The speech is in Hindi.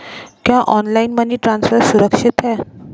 क्या ऑनलाइन मनी ट्रांसफर सुरक्षित है?